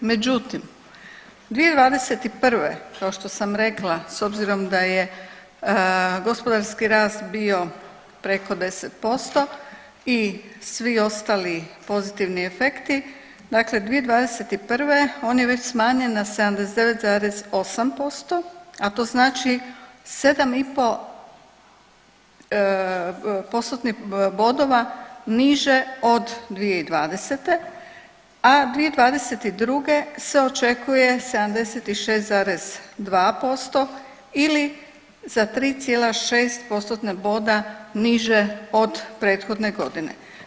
Međutim, 2021. kao što sam rekla s obzirom da je gospodarski rast bio preko 10% i svi ostali pozitivni efekti, dakle 2021. on je već smanjen na 79,8%, a to znači 7,5 postotnih bodova niže od 2020., a 2022. se očekuje 76,2% ili za 3,6 postotna boda niže od prethodne godine.